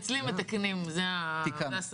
אצלי מתקנים זה השפה.